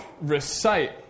recite